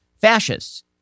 fascists